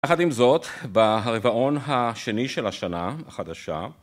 יחד עם זאת, ברבעון השני של השנה, החדשה